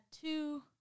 two